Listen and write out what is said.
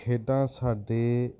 ਖੇਡਾਂ ਸਾਡੇ